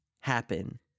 happen